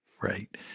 right